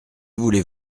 voulez